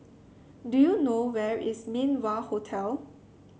do you know where is Min Wah Hotel